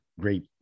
great